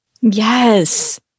Yes